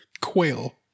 Quail